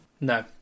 No